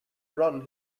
run